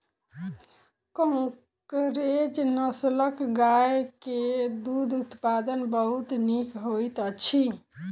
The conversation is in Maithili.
कंकरेज नस्लक गाय के दूध उत्पादन बहुत नीक होइत अछि